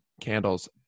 candles